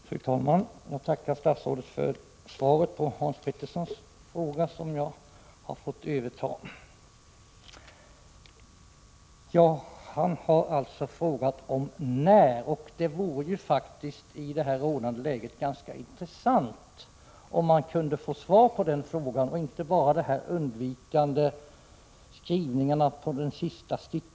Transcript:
Fru talman! Jag tackar statsrådet för svaret på Hans Peterssons i Hallstahammar fråga. Hans Petersson har frågat om när uppvaktning har skett, och det vore faktiskt i rådande läge ganska intressant att få svar på den frågan, inte bara sådana undvikande formuleringar som förekommer i slutet av svaret.